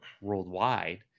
worldwide